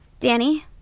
Danny